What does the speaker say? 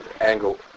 angle